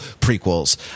prequels